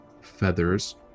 feathers